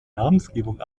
namensgebung